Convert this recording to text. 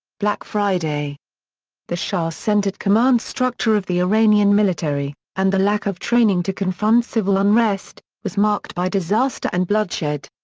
black friday the shah-centered command structure structure of the iranian military, and the lack of training to confront civil unrest, was marked by disaster and bloodshed.